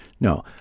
No